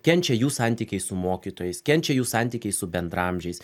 kenčia jų santykiai su mokytojais kenčia jų santykiai su bendraamžiais